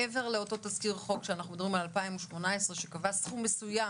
מעבר לאותו תזכיר חוק שאנחנו מדברים על 2018 שקבע סכום מסוים,